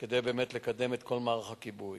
כדי לקדם את כל מערך הכיבוי.